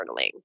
journaling